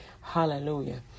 Hallelujah